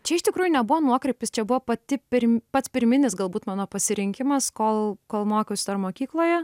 čia iš tikrųjų nebuvo nuokrypis čia buvo pati pirm pats pirminis galbūt mano pasirinkimas kol kol mokiausi dar mokykloje